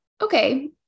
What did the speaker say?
okay